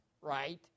Right